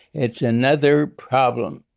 it's another problem.